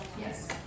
Yes